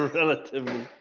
relatively